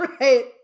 right